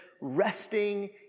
resting